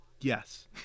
Yes